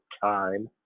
time